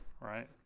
right